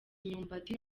imyumbati